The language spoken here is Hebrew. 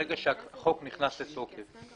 ברגע שהחוק נכנס לתוקף,